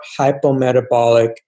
hypometabolic